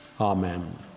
Amen